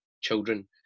children